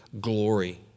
glory